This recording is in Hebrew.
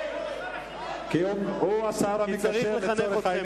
הוא השר המקשר לצורך העניין הזה.